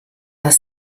das